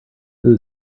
who